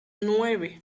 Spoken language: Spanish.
nueve